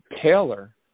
Taylor